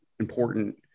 important